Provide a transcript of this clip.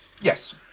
Yes